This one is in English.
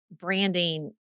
branding